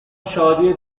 شادی